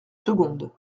secondes